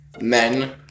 men